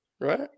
right